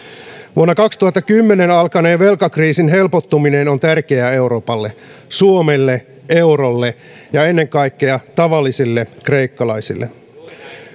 vuonna kaksituhattakymmenen alkaneen velkakriisin helpottuminen on tärkeää euroopalle suomelle eurolle ja ennen kaikkea tavallisille kreikkalaisille